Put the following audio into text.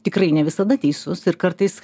tikrai ne visada teisus ir kartais